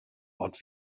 ort